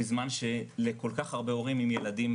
בזמן שלכל כך הרבה הורים עם ילדים,